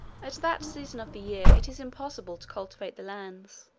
at that season of the year it is impossible to cultivate the lands